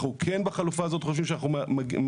אנחנו כן בחלופה הזאת חושבים שאנחנו מרחיבים